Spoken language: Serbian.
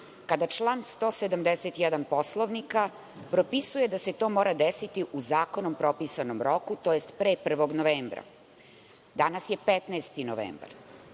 kada član 171. Poslovnika propisuje da se to mora desiti u zakonom propisanom roku, tj. pre 1. novembra? Danas je 15. novembar.